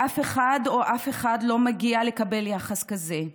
לאף אחד ואף אחת לא מגיע לקבל יחס כזה,